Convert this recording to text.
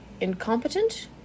incompetent